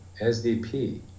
sdp